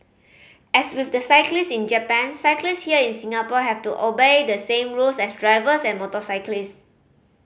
as with the cyclist in Japan cyclists here in Singapore have to obey the same rules as drivers and motorcyclists